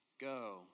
go